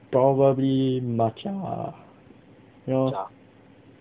probably match you know